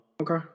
Okay